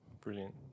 brilliant